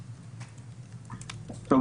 טוב.